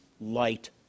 light